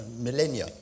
millennia